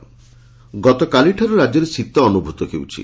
କନ୍ଧମାଳ ଶୀତ ଗତକାଲିଠାରୁ ରାଜ୍ୟରେ ଶୀତ ଅନୁଭୂତ ହେଉଛି